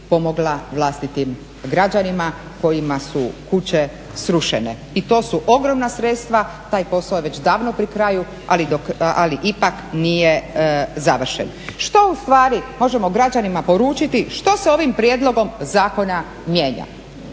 pomogla vlastitim građanima kojima su kuće srušene. I to su ogromna sredstva, taj posao je već davno pri kraju, ali ipak nije završen. Što ustvari možemo građanima poručiti, što se ovim prijedlogom zakona mijenja?